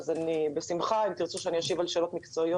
אבל אם תרצו שאני אשיב על שאלות מקצועיות